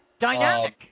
dynamic